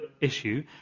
issue